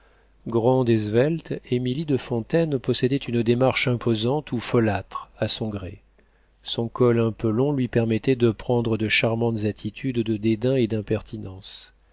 grande et svelte émilie de fontaine possédait une démarche imposante ou folâtre à son gré son col un peu long lui permettait de prendre de charmantes attitudes de dédain et d'impertinence